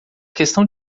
questão